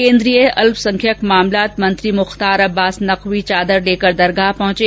केन्द्रीय अल्पसंख्यक मामलात मंत्री मुख्तार अब्बास नकवी चादर लेकर दरगाह पहुंचे